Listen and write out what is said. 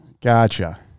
Gotcha